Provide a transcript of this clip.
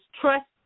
trust